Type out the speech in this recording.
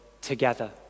together